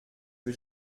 que